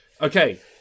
Okay